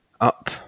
up